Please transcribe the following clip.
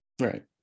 right